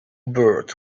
birds